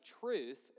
truth